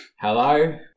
Hello